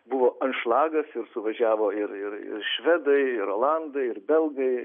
buvo anšlagas ir suvažiavo ir ir ir švedai ir olandai ir belgai